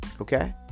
Okay